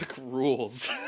rules